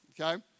okay